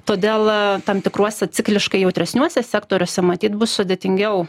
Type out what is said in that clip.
todėl tam tikruose cikliškai jautresniuose sektoriuose matyt bus sudėtingiau